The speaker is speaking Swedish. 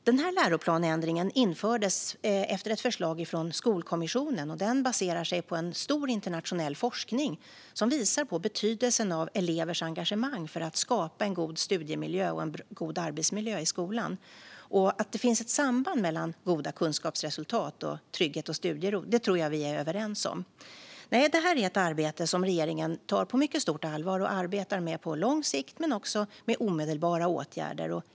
Denna läroplanändring införs efter ett förslag från Skolkommissionen och baseras på stor internationell forskning, som visar på betydelsen av elevers engagemang för att skapa en god studie och arbetsmiljö i skolan. Att det finns ett samband mellan goda kunskapsresultat och trygghet och studiero är vi nog överens om. Det här är ett arbete som regeringen tar på mycket stort allvar och arbetar med både på lång sikt och med omedelbara åtgärder.